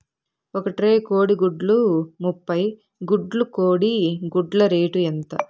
ఒక ట్రే కోడిగుడ్లు ముప్పై గుడ్లు కోడి గుడ్ల రేటు ఎంత?